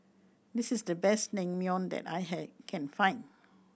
this is the best Naengmyeon that I can find